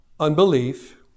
Unbelief